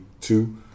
two